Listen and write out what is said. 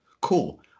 cool